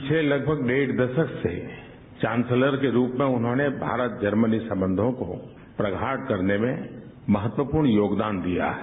पिछले लगभग डेढ़ दशक से चांसलर के रूप में उन्होंने भारत जर्मनी संबंधों को प्रगाढ़ करने में महत्वपूर्ण योगदान दिया है